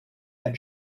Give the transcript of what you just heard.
ein